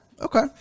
okay